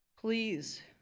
Please